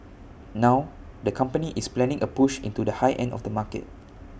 now the company is planning A push into the high end of the market